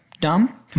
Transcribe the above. dumb